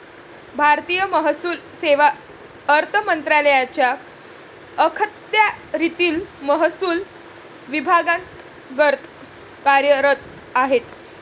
भारतीय महसूल सेवा अर्थ मंत्रालयाच्या अखत्यारीतील महसूल विभागांतर्गत कार्यरत आहे